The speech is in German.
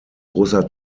großer